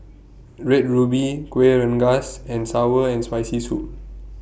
Red Ruby Kueh Rengas and Sour and Spicy Soup